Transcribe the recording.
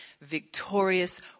victorious